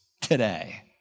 today